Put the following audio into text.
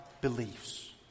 beliefs